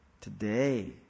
today